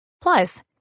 Plus